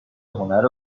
هنر